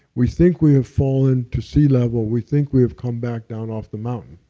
we think we have fallen to sea level, we think we have come back down off the mountain.